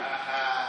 זה,